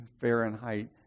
Fahrenheit